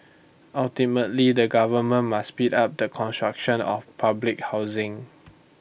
ultimately the government must speed up the construction of public housing